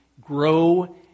grow